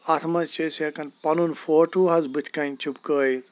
اَتھ منٛز چھِ أسۍ ہیٚکان پَنُن فوٹو حظ بتھۍ کَنۍ چِپکٲیِتھ